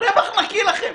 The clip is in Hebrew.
רווח נקי לכם,